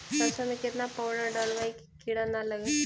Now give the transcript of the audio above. सरसों में केतना पाउडर डालबइ कि किड़ा न लगे?